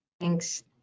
Thanks